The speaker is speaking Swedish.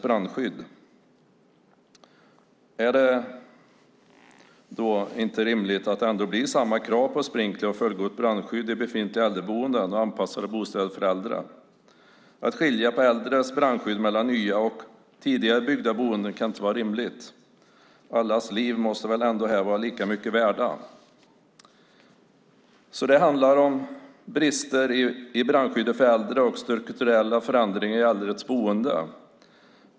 Är det inte rimligt att det blir samma krav på sprinkler och fullgott brandskydd i befintliga äldreboenden och anpassade bostäder för äldre? Att man skiljer på äldres brandskydd i nya och tidigare byggda boenden kan inte vara rimligt. Allas liv måste väl i detta sammanhang ändå vara lika mycket värda? Det handlar om brister i brandskyddet för äldre och strukturella förändringar i äldres boenden.